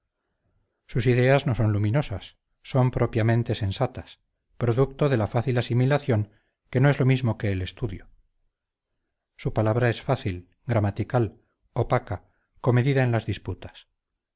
sus ideas no son luminosas son propiamente sensatas producto de la fácil asimilación que no es lo mismo que el estudio su palabra es fácil gramatical opaca comedida en las disputas